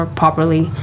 properly